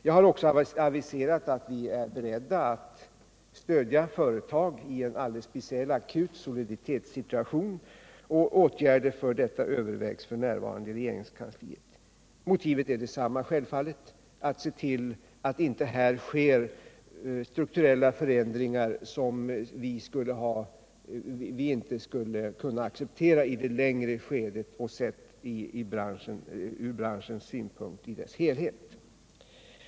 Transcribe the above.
Jag har också aviserat att vi är beredda att stödja företag i en speciell, akut soliditetssituation, och åtgärder för detta övervägs f. n. i regeringskansliet. Motivet är självfallet detsamma: att se till att inte här sker strukturella förändringar som vi inte skulle kunna acceptera i det längre skedet och sett ur branschens synpunkt i dess helhet.